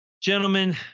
Gentlemen